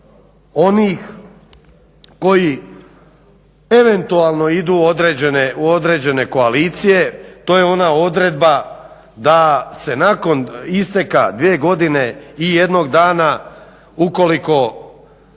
onih koji eventualno idu u određene koalicije. To je ona odredba da se nakon isteka 2 godine i 1 dana ukoliko